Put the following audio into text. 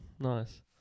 Nice